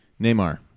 Neymar